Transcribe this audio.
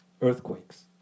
earthquakes